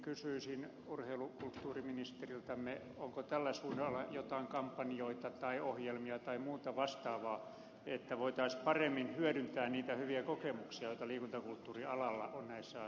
kysyisin urheilu ja kulttuuriministeriltämme onko tällä suunnalla joitain kampanjoita tai ohjelmia tai muuta vastaavaa että voitaisiin paremmin hyödyntää niitä hyviä kokemuksia joita liikunta ja kulttuurialalla on näissä asioissa saavutettu